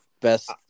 best